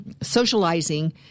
socializing